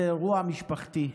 זה אירוע משפחתי,